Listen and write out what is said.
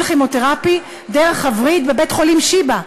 כימותרפי דרך הווריד בבית-החולים שיבא,